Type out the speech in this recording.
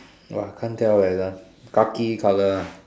uh can't tell eh the one khaki colour one